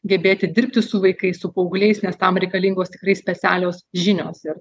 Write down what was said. gebėti dirbti su vaikais su paaugliais nes tam reikalingos tikrai specialios žinios ir